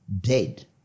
dead